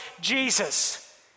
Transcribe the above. Jesus